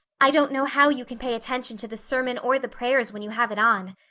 i don't know how you can pay attention to the sermon or the prayers when you have it on.